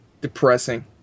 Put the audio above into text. Depressing